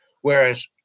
Whereas